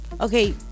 Okay